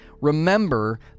remember